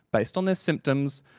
based on their symptoms,